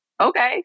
okay